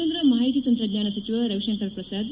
ಕೇಂದ್ರ ಮಾಹಿತಿ ತಂತ್ರಜ್ಞಾನ ಸಚಿವ ರವಿಶಂಕರ್ ಪ್ರಸಾದ್